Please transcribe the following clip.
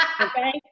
okay